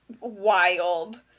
wild